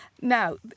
Now